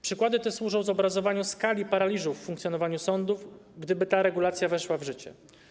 Przykłady te służą zobrazowaniu skali paraliżu w funkcjonowaniu sądów, gdyby ta regulacja weszła w życie.